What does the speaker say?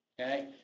okay